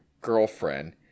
girlfriend